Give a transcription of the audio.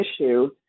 issue